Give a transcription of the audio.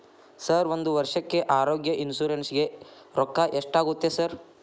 Sir ಒಂದು ವರ್ಷಕ್ಕೆ ಆರೋಗ್ಯ ಇನ್ಶೂರೆನ್ಸ್ ಗೇ ರೊಕ್ಕಾ ಎಷ್ಟಾಗುತ್ತೆ ಸರ್?